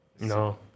No